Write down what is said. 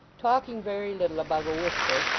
talking very little above a whisper,